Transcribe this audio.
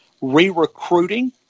re-recruiting